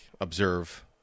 observe